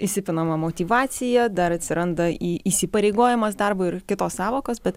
įsipinama motyvacija dar atsiranda įsipareigojimas darbo ir kitos sąvokos bet